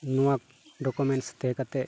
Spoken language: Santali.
ᱱᱚᱣᱟ ᱰᱚᱠᱩᱢᱮᱱᱴᱥ ᱛᱟᱦᱮᱸ ᱠᱟᱛᱮ